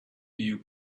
you